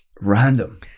random